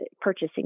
purchasing